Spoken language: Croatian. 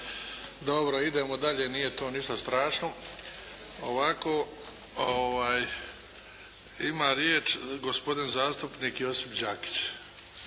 Dobro, idemo dalje, nije to ništa strašno. Ovako, ima riječ gospodin zastupnik Josip Đakić.